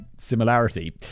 similarity